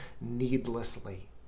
needlessly